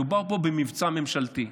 מדובר פה במבצע ממשלתי,